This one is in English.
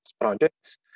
projects